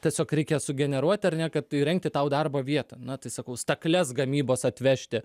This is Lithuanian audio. tiesiog reikia sugeneruoti ar ne kad įrengti tau darbo vietą na tai sakau stakles gamybos atvežti